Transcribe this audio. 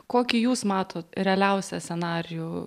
kokį jūs matot realiausią scenarijų